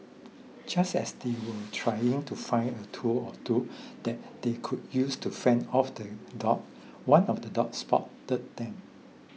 just as they were trying to find a tool or two that they could use to fend off the dogs one of the dogs spotted them